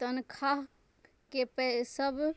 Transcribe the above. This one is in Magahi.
तन्ख्वाह के पैसवन